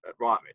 right